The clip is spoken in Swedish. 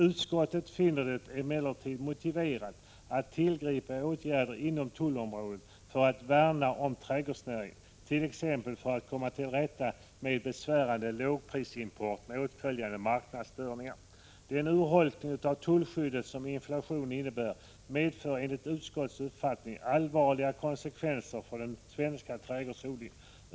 Utskottet finner det emellertid motiverat att tillgripa åtgärder inom tullområdet för att värna om trädgårdsnäringen, t.ex. för att komma till rätta med besvärande lågprisimport med åtföljande marknadsstörningar. Den urholkning av tullskyddet som inflationen innebär medför enligt utskottets uppfattning allvarliga konsekvenser för den svenska trädgårdsodlingen.